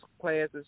classes